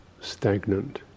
stagnant